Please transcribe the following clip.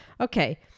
okay